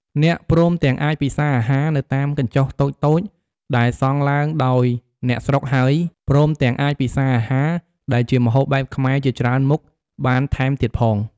អ្នកព្រមទាំងអាចពិសាអាហារ នៅតាមកញ្ចុះតូចៗដែលសង់ឡើងដោយអ្នកស្រុកហើយ ព្រមទាំងអាចពិសាអាហារដែលជាម្ហូបបែបខ្មែរជាច្រើនមុខបានថែមទៀតផង។